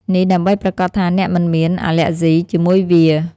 នេះដើម្បីប្រាកដថាអ្នកមិនមាន អាលែកហ្ស៊ី ជាមួយវា។